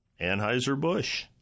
Anheuser-Busch